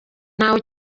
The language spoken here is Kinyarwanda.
ntawe